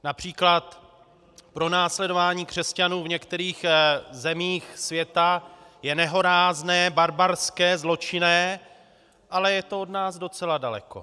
Například pronásledování křesťanů v některých zemích světa je nehorázné, barbarské, zločinné, ale je to od nás docela daleko.